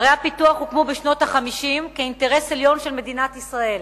ערי הפיתוח הוקמו בשנות ה-50 כאינטרס עליון של מדינת ישראל.